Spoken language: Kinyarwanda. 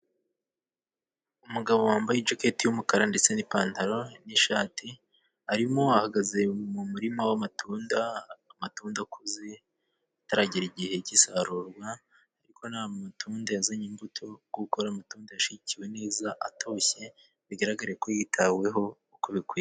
Umugabo wambaye ishaketi y'umukara ndetse n'ipantaro n'ishati, arimo ahagaze mu murima w'amatunda, amatunda akuze ataragera igihe cy'isarurwa, ariko n'amatunda yazanye imbuto kuko ari amatunda yashyigikiwe neza atoshye bigaragare ko yitaweho uko bikwiye.